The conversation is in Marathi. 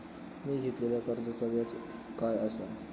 मी घेतलाल्या कर्जाचा व्याज काय आसा?